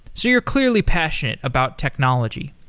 so you're clearly passionate about technology.